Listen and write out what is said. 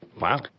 Wow